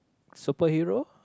super hero